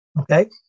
Okay